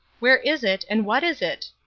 where is it and what is it?